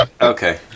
okay